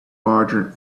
larger